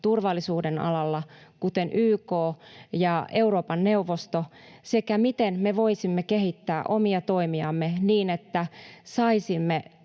turvallisuuden alalla, kuten YK ja Euroopan neuvosto, sekä siitä, miten me voisimme kehittää omia toimiamme niin, että saisimme